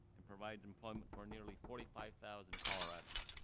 and provides employment for nearly forty five thousand coloradans.